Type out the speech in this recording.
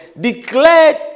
declared